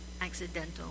accidental